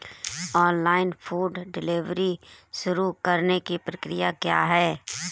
Online food delivery शुरू करने की प्रक्रिया क्या है?